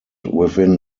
within